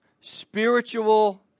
spiritual